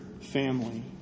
family